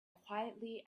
quietly